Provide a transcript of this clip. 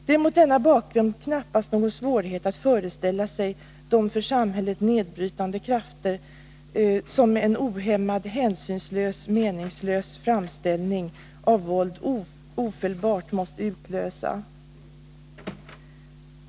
Det är mot denna bakgrund knappast svårt att föreställa sig vilka för samhället nedbrytande krafter en ohämmad, hänsynslös och meningslös framställning av våld ofelbart måste utlösa.